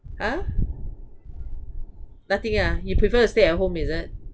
!huh! nothing ah you prefer to stay at home is it